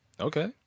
Okay